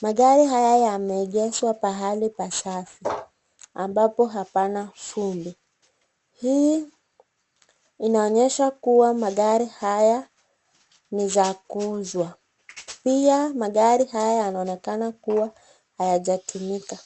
Magari haya yameegeshwa pahali pasafi ambapo hapana vumbi. Hii inaonyesha kua magari haya ni za kuuzwa. Pia, magari haya yanaonekana kua hayajatumika.